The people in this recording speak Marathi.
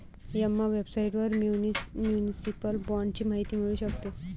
एम्मा वेबसाइटवर म्युनिसिपल बाँडची माहिती मिळू शकते